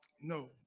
No